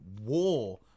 war